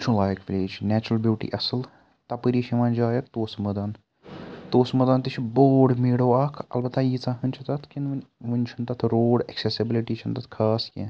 وٕچھُن لایق village natural beauty اَصل تَپٲری چھِ یِوان جاے اکھ توسہٕ میدان توسہٕ میدان تہِ چھُ بوٚڈ میٖڈو اکھ اَلبَتہَ ییٖژاہ ہٕن چھِ تَتھ وٕنہِ چھُ نہٕ تَتھ روڈ ایٚکسیٚسبلٹی چھِ نہ تَتھ خاص کینٛہہ